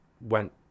went